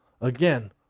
again